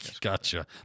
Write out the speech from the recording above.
Gotcha